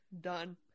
done